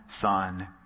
son